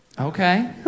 Okay